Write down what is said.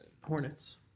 Hornets